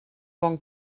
bon